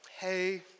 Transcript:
hey